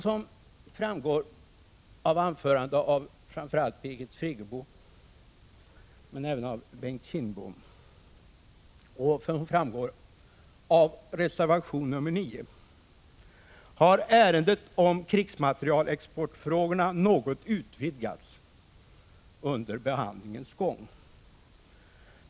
Som framgår av framför allt Birgit Friggebos anförande men även av Bengt Krigsmaterielexport Kindboms och som framgår av reservation 9 har ärendet om krigsmaterielexfrågor portfrågorna något utvidgats under behandlingens gång.